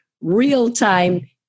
real-time